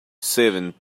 seven